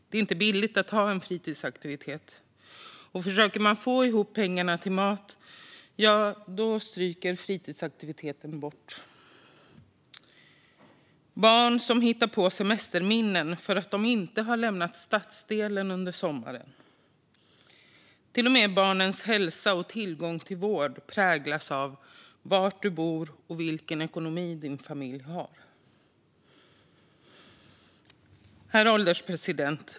Det är inte billigt att ha en fritidsaktivitet, och om man kämpar för att försöka få ihop pengarna till mat går fritidsaktiviteten bort. Det finns barn som hittar på semesterminnen eftersom de inte har lämnat stadsdelen under sommaren. Till och med barnens hälsa och tillgång till vård präglas av var de bor och vilken ekonomi familjen har. Herr ålderspresident!